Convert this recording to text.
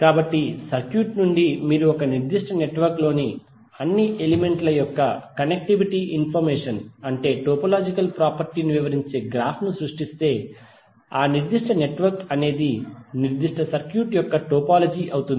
కాబట్టి సర్క్యూట్ నుండి మీరు ఒక నిర్దిష్ట నెట్వర్క్ లోని అన్ని ఎలిమెంట్ల యొక్క కనెక్టివిటీ ఇన్ఫర్మేషన్ అంటే టోపోలాజికల్ ప్రాపర్టీని వివరించే గ్రాఫ్ ను సృష్టిస్తే ఆ నిర్దిష్ట నెట్వర్క్ అనేది నిర్దిష్ట సర్క్యూట్ యొక్క టోపోలజీ అవుతుంది